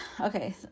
okay